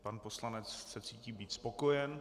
Pan poslanec se cítí být spokojen.